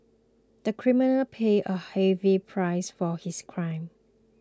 the criminal paid a heavy price for his crime